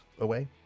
away